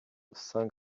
cinq